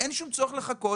אין שום צורך לחכות.